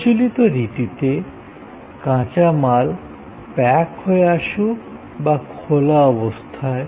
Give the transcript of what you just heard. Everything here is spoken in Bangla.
প্রচলিত রীতিতে কাঁচামাল প্যাক করা অবস্থায় বা খোলা অবস্থায় পাওয়া যায়